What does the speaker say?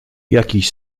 jakiś